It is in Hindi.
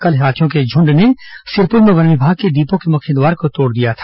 कल हाथियों के झुंड ने सिरपुर में वन विभाग के डिपो के मुख्य द्वार को तोड़ दिया था